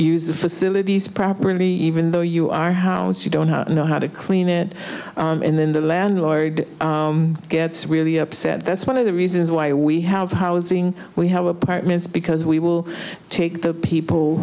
se the facilities properly even though you are house you don't know how to clean it and then the landlord gets really upset that's one of the reasons why we have housing we have apartments because we will take the people